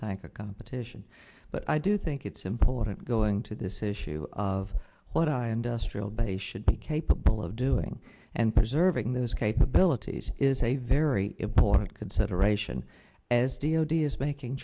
tanker competition but i do think it's important going to this issue of what i and us trail base should be capable of doing and preserving those capabilities is a very important consideration as d o d s making